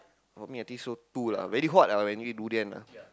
for me I think so two lah very hot ah when you eat durian lah